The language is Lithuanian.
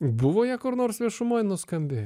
buvo jei kur nors viešumoje nuskambėjo